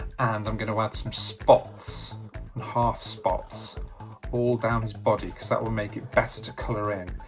and i'm going to add some spots and half spots all down his body because that will make it better to color in.